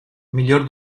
miglior